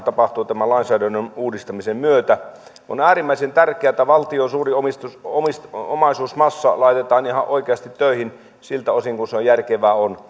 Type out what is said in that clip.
tapahtuu tämän lainsäädännön uudistamisen myötä on äärimmäisen tärkeää että valtion suuri omaisuusmassa laitetaan ihan oikeasti töihin siltä osin kuin se järkevää on